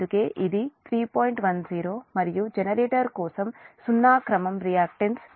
10 మరియు జనరేటర్ కోసం సున్నా క్రమం రియాక్టన్స్ j0